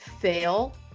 fail